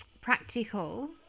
practical